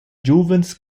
giuvens